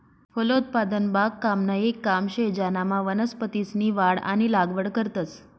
फलोत्पादन बागकामनं येक काम शे ज्यानामा वनस्पतीसनी वाढ आणि लागवड करतंस